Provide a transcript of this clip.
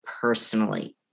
personally